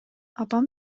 апам